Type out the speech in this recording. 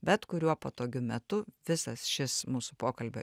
bet kuriuo patogiu metu visas šis mūsų pokalbio